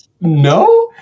no